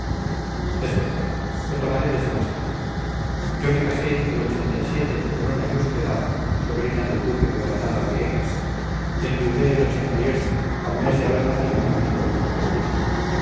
es verdad lo tomaré desde más arriba yo me casé el con una ilustre dama sobrina del duque de granada de ega enviudé el al mes de haber nacido mi único hijo federico